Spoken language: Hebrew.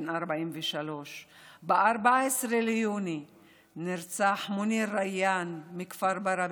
בן 43. ב-14 ביוני נרצח מוניר ריאן מכפר ברא,